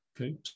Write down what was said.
Okay